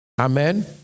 Amen